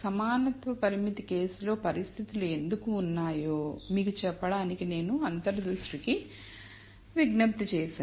సమానత్వ పరిమితి కేసు లో పరిస్థితులు ఎందుకు ఉన్నాయో మీకు చెప్పడానికి నేను అంతర్ దృష్టికి విజ్ఞప్తి చేశాను